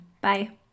Bye